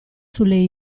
sulle